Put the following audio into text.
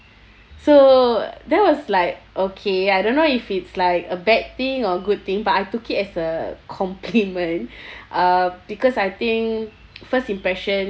so that was like okay I don't know if it's like a bad thing or good thing but I took it as a compliment uh because I think first impression